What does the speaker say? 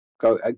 go